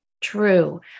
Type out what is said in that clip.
True